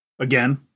Again